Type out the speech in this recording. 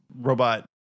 robot